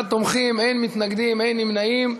61 תומכים, אין מתנגדים, אין נמנעים.